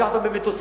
לקחת אותם במטוסים,